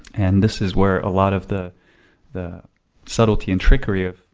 and this is where a lot of the the subtlety and trickery of